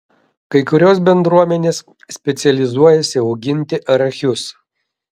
kai kurios bendruomenės specializuojasi auginti arachius